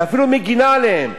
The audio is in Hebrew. ואפילו מגינה עליהם.